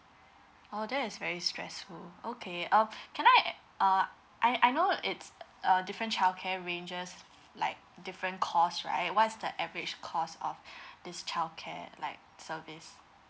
oh that's very stressful okay um can I uh I I know it's a different childcare ranges like different cost right what's the average cost of this childcare like service